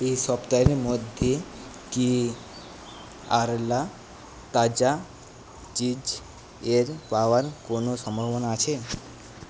এই সপ্তাহের মধ্যে কি আরলা তাজা চিজের পাওয়ার কোনো সম্ভাবনা আছে